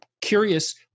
curious